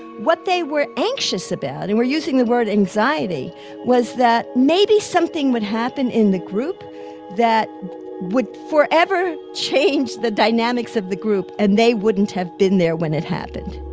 what they were anxious about and we're using the word anxiety was that maybe something would happen in the group that would forever change the dynamics of the group, and they wouldn't have been there when it happened